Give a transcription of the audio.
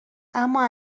اما